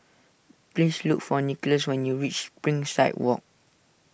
please look for Nicholas when you reach Springside Walk